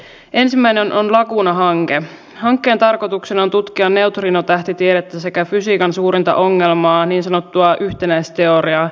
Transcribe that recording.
kyllä se tietysti kummeksuttaa että se viisaus on löytynyt nyt viime kaudella oli valtiovarainministerin salkku työministerin salkku